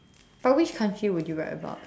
but which country would you write about